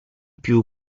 più